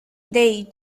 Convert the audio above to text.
dade